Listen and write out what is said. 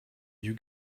you